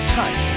touch